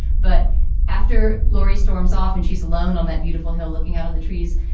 but after laurie storms off and she's alone on that beautiful hill looking out on the trees.